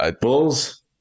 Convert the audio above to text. Bulls